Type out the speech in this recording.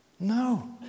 No